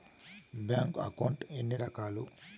bank account ఎన్ని రకాలు